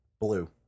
blue